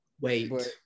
Wait